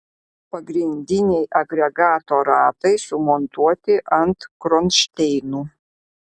pagrindiniai agregato ratai sumontuoti ant kronšteinų